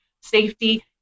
safety